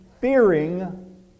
fearing